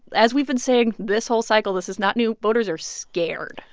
as we've been saying this whole cycle this is not new voters are scared.